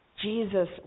Jesus